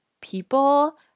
people